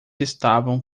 estavam